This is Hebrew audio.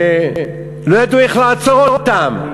שלא ידעו איך לעצור אותם,